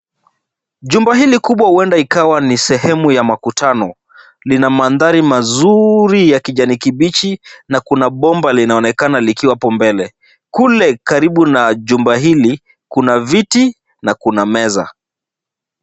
Jumba hili kubwa huenda ikawa ni sehemu ya makutano. Lina mandhari mazuri ya kijani kibichi na kuna bomba linaonekana likiwa hapo mbele. Kule karibu na jumba hili, kuna viti na kuna meza.